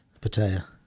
Patia